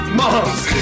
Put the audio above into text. moms